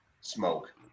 smoke